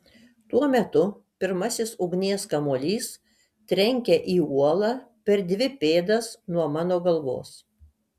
tuo metu pirmasis ugnies kamuolys trenkia į uolą per dvi pėdas nuo mano galvos